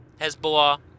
Hezbollah